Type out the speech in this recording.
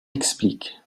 explique